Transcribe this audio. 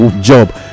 job